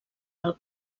del